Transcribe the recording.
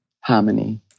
Harmony